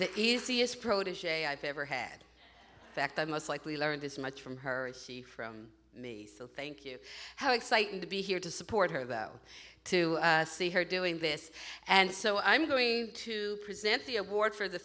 the easiest protegee i've ever had fact i'm most likely learned as much from her from me so thank you how exciting to be here to support her that oh to see her doing this and so i'm going to present the award for the